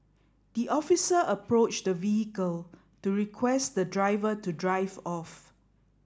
the officer approached the vehicle to request the driver to drive off